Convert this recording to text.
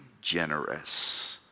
generous